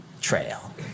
trail